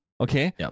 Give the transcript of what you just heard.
Okay